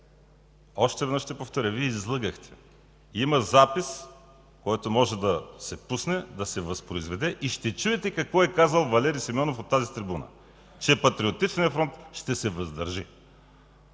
Още веднъж ще повторя: Вие излъгахте! Има запис, който може да се пусне, да се възпроизведе и ще чуете какво е казал Валери Симеонов от тази трибуна – че Патриотичният франт ще се въздържи.